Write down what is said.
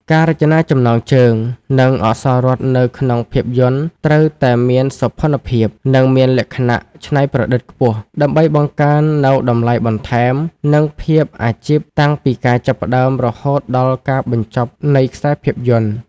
ការរចនាចំណងជើង និងអក្សររត់នៅក្នុងភាពយន្តត្រូវតែមានសោភ័ណភាព និងមានលក្ខណៈច្នៃប្រឌិតខ្ពស់ ដើម្បីបង្កើននូវតម្លៃបន្ថែម និងភាពអាជីពតាំងពីការចាប់ផ្ដើមរហូតដល់ការបញ្ចប់នៃខ្សែភាពយន្ត។